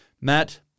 Matt